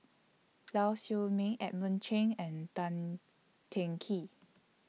Lau Siew Mei Edmund Cheng and Tan Teng Kee